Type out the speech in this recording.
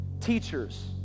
teachers